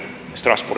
sarasvuo